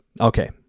Okay